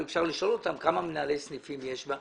אפשר לשאול אותם כמה מנהלי סניפים יש להם.